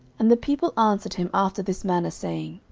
and the people answered him after this manner, saying,